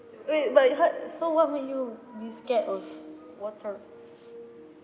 wait but you had so what make you be scared of water